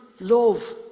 love